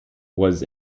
was